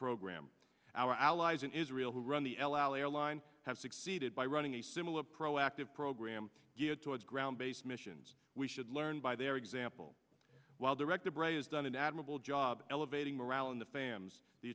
program our allies in israel who run the el al airlines have succeeded by running a similar proactive program geared towards ground based missions we should learn by their example while direct the brain has done an admirable job elevating morale in the fams the